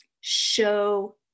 show